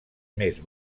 més